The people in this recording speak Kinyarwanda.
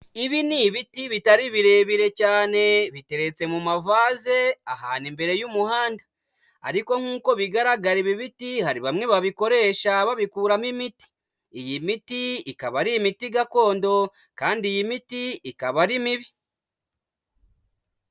Ibi ni ibiti bitari birebire cyane biteretse mu mavaze ahantu imbere y'umuhanda ariko nkuko bigaragara ibi biti hari bamwe babikoresha babikuramo imiti, iyi miti ikaba ari imiti gakondo kandi iyi miti ikaba ari mibi.